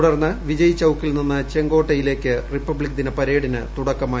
തുടർന്ന് വിജയ്ചൌക്കിൽ നിന്ന് ചെങ്കോട്ടയിലേക്ക് റിപ്പബ്ലിക്ദിന പരേഡിന് തുടക്കമായി